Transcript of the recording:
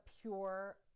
pure